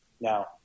Now